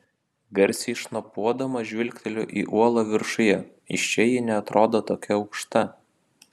garsiai šnopuodama žvilgteliu į uolą viršuje iš čia ji neatrodo tokia aukšta